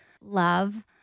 love